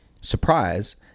surprise